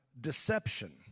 deception